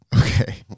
Okay